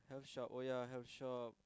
shop oh yeah have shop